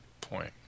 point